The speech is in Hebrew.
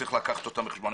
שצריך לקחת אותן בחשבון.